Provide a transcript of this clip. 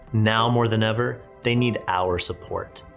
now, more than ever, they need our support.